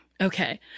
Okay